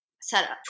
setup